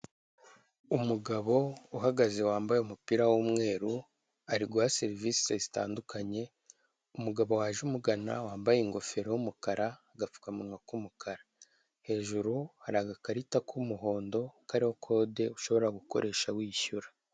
Umugabo uhagaze wambaye umupira w'umweru, ari guha serivisi zitandukanye umugabo waje umugana, wambaye ingofero y'umukara, agapfukamunwa k'umukara. Hejuru hari agakarita k'umuhondo kariho kode ushobora gukoresha wishyura.